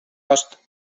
cost